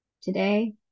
today